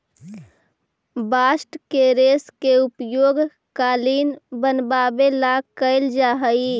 bast के रेश के उपयोग कालीन बनवावे ला कैल जा हई